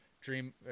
Dream